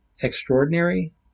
extraordinary